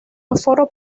aforo